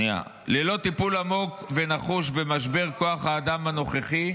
"ללא טיפול עמוק ונחוש במשבר כוח האדם" הנוכחי,